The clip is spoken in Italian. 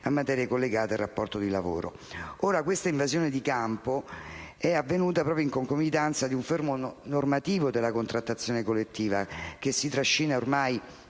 a materie collegate al rapporto di lavoro. Questa invasione di campo è avvenuta proprio in concomitanza di un fermo normativo della contrattazione collettiva, che si trascina ormai